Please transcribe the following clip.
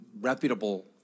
reputable